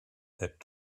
that